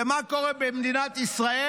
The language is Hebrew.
ומה קורה במדינת ישראל?